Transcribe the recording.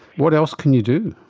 what else can you do?